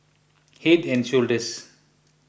Head and Shoulders